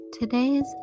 today's